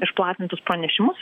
išplatintus pranešimus